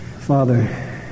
Father